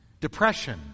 depression